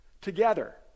together